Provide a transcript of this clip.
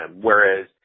Whereas